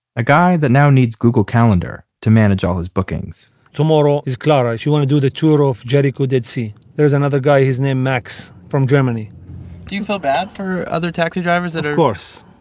a guy that now needs google calendar to manage all his bookings tomorrow is clara, she wanna do the tour of jericho, dead sea. there's another guy, his name max, from germany do you feel bad for other taxi drivers that are, of course.